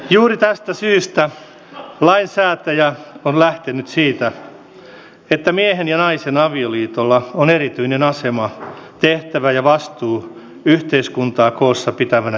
juuri tästä syystä lainsäätäjä on lähtenyt siitä että miehen ja naisen avioliitolla on erityinen asema tehtävä ja vastuu yhteiskuntaa koossa pitävänä instituutiona